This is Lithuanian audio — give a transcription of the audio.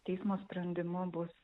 teismo sprendimu bus